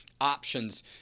options